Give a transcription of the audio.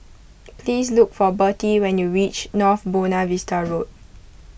please look for Bertie when you reach North Buona Vista Road